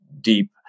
deep